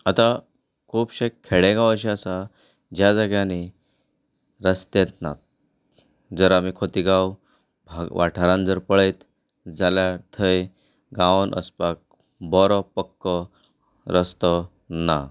आतां खुबशे खेडेगांव अशे आसात जे जाग्यांनी रस्तेच ना जर आमी खोतीगांव वाठारांत जर पळयत जाल्यार थंय गांवांत वचपाक बरो पक्को रस्तो ना